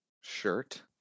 shirt